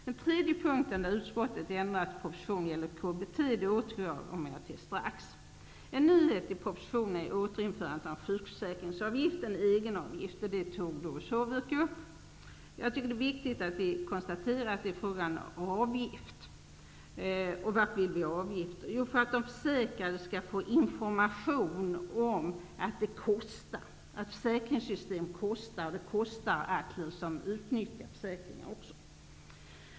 Den tredje punkt där utskottet föreslår ändring av propositionen gäller KBT. Jag återkommer strax till detta. En nyhet i propositionen är återinförandet av en egenavgift inom sjukförsäkringen, vilket berördes av Doris Håvik. Jag tycker att det är viktigt att konstatera att det är fråga om en avgift. Varför skall vi ha en sådan avgift? Jo, därför att de försäkrade skall få information om att försäkringssystem kostar och även att det kostar att utnyttja försäkringssystemet.